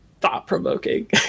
thought-provoking